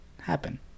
happen